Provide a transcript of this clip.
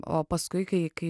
o paskui kai kai